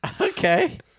Okay